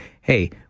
hey